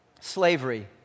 slavery